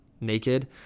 naked